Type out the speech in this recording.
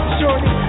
Shorty